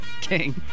King